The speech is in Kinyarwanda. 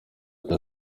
cya